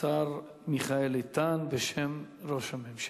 השר מיכאל איתן, בשם ראש הממשלה.